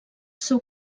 seu